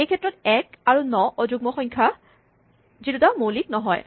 এইক্ষেত্ৰত এক আৰু ন অযুগ্ম সংখ্যা দুটা মৌলিক নহয়